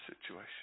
situation